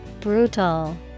Brutal